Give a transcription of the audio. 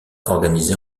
organisée